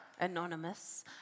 Anonymous